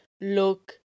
look